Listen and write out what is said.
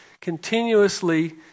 continuously